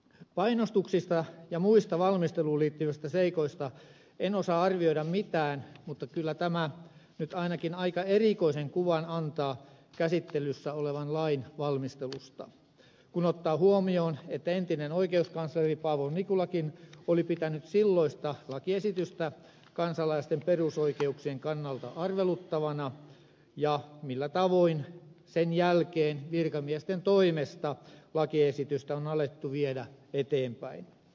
painostuksista ja muista valmisteluun liittyvistä seikoista en osaa arvioida mitään mutta kyllä tämä nyt ainakin aika erikoisen kuvan antaa käsittelyssä olevan lain valmistelusta kun ottaa huomioon sen että entinen oikeuskansleri paavo nikulakin oli pitänyt silloista lakiesitystä kansalaisten perusoikeuksien kannalta arveluttavana ja sen millä tavoin sen jälkeen virkamiesten toimesta lakiesitystä on alettu viedä eteenpäin